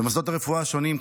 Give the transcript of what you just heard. במוסדות הרפואה השונים,